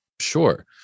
Sure